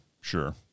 Sure